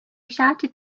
shouted